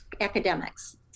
academics